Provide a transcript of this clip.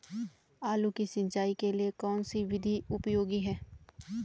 आलू की सिंचाई के लिए कौन सी विधि उपयोगी है?